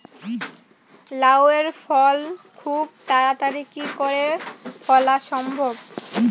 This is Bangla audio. লাউ এর ফল খুব তাড়াতাড়ি কি করে ফলা সম্ভব?